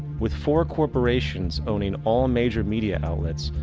with four corporations owning all major media outlets,